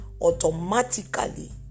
automatically